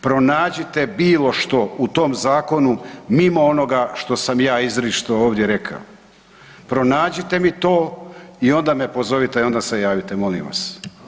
Pronađite bilo što u tom zakonu mimo onoga što sam ja izričito ovdje rekao, pronađite mi to i onda me pozovite i onda se javite molim vas.